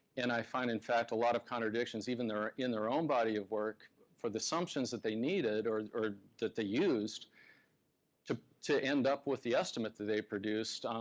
and i find, in fact, a lot of contradictions even in their own body of work for the assumptions that they needed or or that they used to to end up with the estimate that they produced,